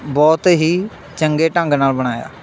ਬਹੁਤ ਹੀ ਚੰਗੇ ਢੰਗ ਨਾਲ਼ ਬਣਾਇਆ